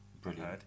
brilliant